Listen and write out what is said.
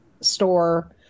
store